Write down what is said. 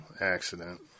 accident